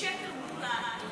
היא שקר מוחלט,